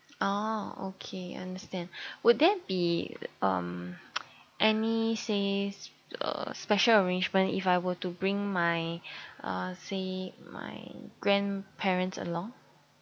oh okay understand would there be um any say uh special arrangement if I were to bring my uh say my grandparents along